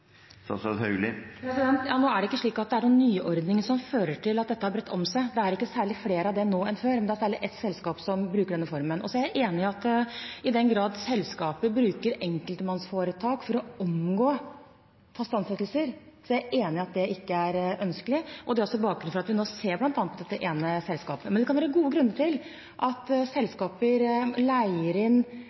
Nå er det ikke slik at det er en nyordning som fører til at dette har bredt seg. Det er ikke særlig flere nå enn før, men det er særlig ett selskap som bruker denne formen. I den grad selskaper bruker enkeltmannsforetak for å omgå faste ansettelser, er jeg enig i at det ikke er ønskelig. Det er også bakgrunnen for at vi nå ser på bl.a. dette ene selskapet. Men det kan være gode grunner til at selskaper leier inn